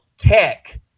tech